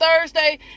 thursday